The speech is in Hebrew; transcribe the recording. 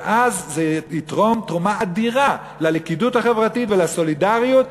וזה יתרום תרומה אדירה ללכידות החברתית ולסולידריות,